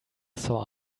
saw